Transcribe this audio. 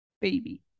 baby